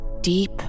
deep